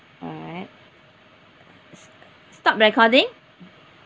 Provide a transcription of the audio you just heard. alright stop recording